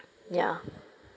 ya